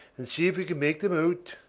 and see if you can make them out.